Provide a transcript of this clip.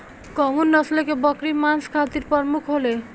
कउन नस्ल के बकरी मांस खातिर प्रमुख होले?